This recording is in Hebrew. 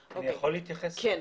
טוב.